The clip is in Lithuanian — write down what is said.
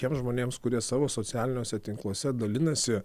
teims žmonėms kurie savo socialiniuose tinkluose dalinasi